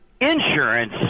insurance